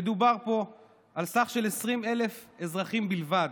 מדובר פה על 20,000 אזרחים בלבד.